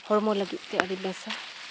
ᱦᱚᱲᱢᱚ ᱞᱟᱹᱜᱤᱫᱼᱛᱮ ᱟᱹᱰᱤ ᱵᱮᱥᱟ